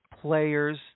players